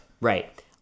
Right